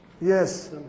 Yes